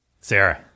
Sarah